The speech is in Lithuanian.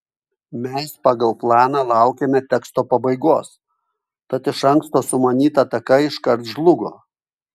mes pagal planą laukėme teksto pabaigos tad iš anksto sumanyta ataka iškart žlugo